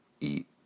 eat